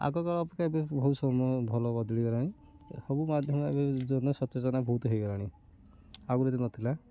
ଆଗକାଳ ଅପେକ୍ଷା ଏବେ ବହୁତ ସମୟ ଭଲ ବଦିଗଲାଣି ସବୁ ମାଧ୍ୟମ ଏବେ ଜନ ସଚେତନା ବହୁତ ହେଇଗଲାଣି ଆଗରୁ ଏତେ ନଥିଲା